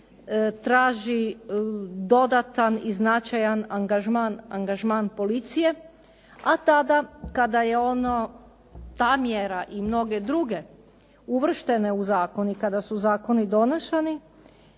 traži dodatan i značajan angažman policije a tada kada je ono ta mjera i mnoge druge uvrštene u zakon i kada su zakoni donošeni